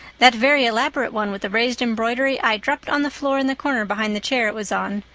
that very elaborate one with the raised embroidery i dropped on the floor in the corner behind the chair it was on.